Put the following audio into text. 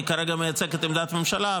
כרגע אני מייצג את עמדת הממשלה,